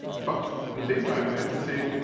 but at the same time i have to say,